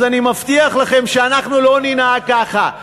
אז אני מבטיח לכם שאנחנו לא ננהג כך.